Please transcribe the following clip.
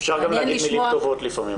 אפשר גם להגיד מילים טובות לפעמים.